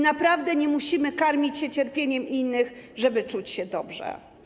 Naprawdę nie musimy karmić się cierpieniem innych, żeby czuć się dobrze.